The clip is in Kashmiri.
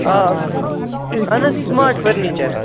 آ اَہن حظ سُماٹ فٔرنیٖچَر